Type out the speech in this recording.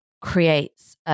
creates